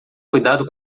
cuidado